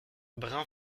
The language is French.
brun